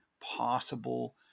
possible